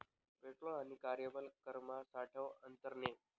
petrol आणि कार्यबल करमा सावठं आंतर नै